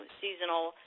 seasonal